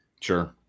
Sure